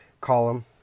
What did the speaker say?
column